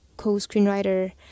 co-screenwriter